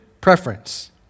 preference